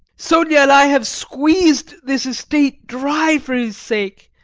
sonia and i have squeezed this estate dry for his sake.